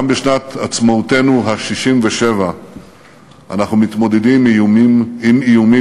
גם בשנת עצמאותנו ה-67 אנחנו מתמודדים עם איומים